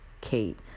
Kate